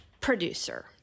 producer